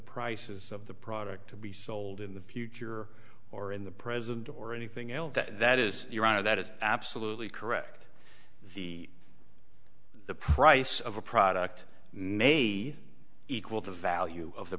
prices of the product to be sold in the future or in the present or anything else that that is your eye that is absolutely correct the the price of a product may equal the value of the